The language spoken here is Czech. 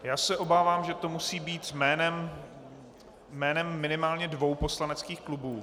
Já se obávám, že to musí být jménem minimálně dvou poslaneckých klubů...